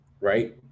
right